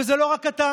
וזה לא רק אתה,